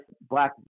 black